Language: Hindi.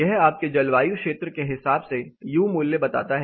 यह आपके जलवायु क्षेत्र के हिसाब से यू मूल्य बताता है